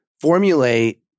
formulate